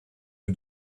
who